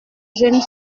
jeune